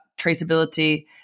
traceability